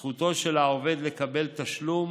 זכותו של העובד לקבל תשלום